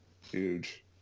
Huge